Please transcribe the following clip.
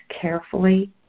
carefully